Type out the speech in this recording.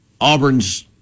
Auburn's